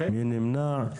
מי נמנע?